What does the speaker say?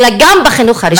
אלא גם בחינוך הרשמי.